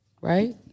right